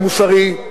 המוסרי,